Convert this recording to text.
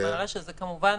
שזה כמובן